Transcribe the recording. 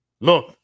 look